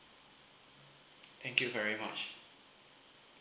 thank you very much